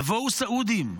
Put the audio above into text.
יבואו סעודים,